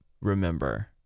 remember